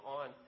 on